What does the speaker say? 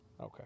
Okay